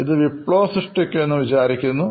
ഇത് വിപ്ലവം സൃഷ്ടിക്കാൻ പോകുന്നു എന്ന് വിചാരിക്കുന്നു